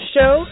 Show